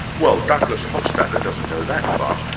well, douglas hofstadter doesn't go that far,